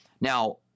Now